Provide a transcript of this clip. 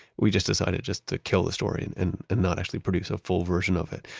we just decided just to kill the story and and and not actually produce a full version of it,